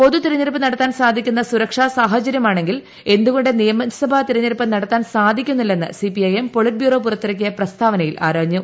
പൊത്തു തെരഞ്ഞെടുപ്പ് നടത്താൻ സാധിക്കുന്ന സുരക്ഷാ സാഹചര്യമാണെങ്കിൽ എന്തുകൊ ് നിയമസഭാ തെരഞ്ഞെടുപ്പ് നടത്താൻ സാധിക്കുന്നില്ലെന്ന് C P I M politburo പുറത്തിറക്കിയ പ്രസ്താവനയിൽ ആരാഞ്ഞു